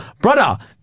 Brother